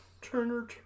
Turner